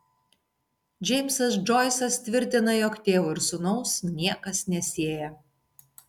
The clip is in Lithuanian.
džeimsas džoisas tvirtina jog tėvo ir sūnaus niekas nesieja